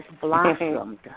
blossomed